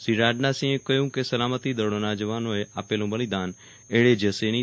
શ્રી રાજનાથસિંહે કહ્યું કે સલામતીદળોના જવાનોએ આપેલું બલિદાન એળે જશે નહી